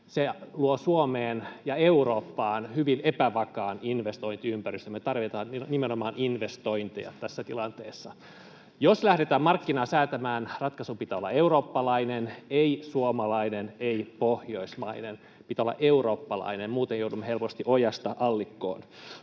Se luo Suomeen ja Eurooppaan hyvin epävakaan investointiympäristön. Me tarvitaan nimenomaan investointeja tässä tilanteessa. Jos lähdetään markkinaa säätämään, ratkaisun pitää olla eurooppalainen, ei suomalainen, ei pohjoismainen — pitää olla eurooppalainen, muuten joudumme helposti ojasta allikkoon.